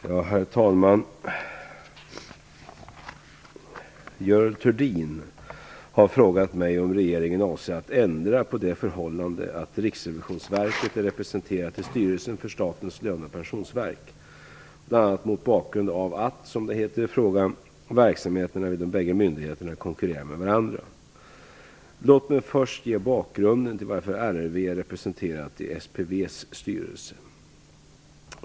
Herr talman! Görel Thurdin har frågat mig om regeringen avser att ändra på det förhållandet att Riksrevisionsverket är representerat i styrelsen för Statens löne och pensionsverk , bl.a. mot bakgrund av att, som det heter i frågan, verksamheterna vid de bägge myndigheterna konkurrerar med varandra. Låt mig först ge bakgrunden till varför RRV är representerat i SPV:s styrelse.